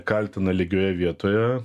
kaltina lygioje vietoje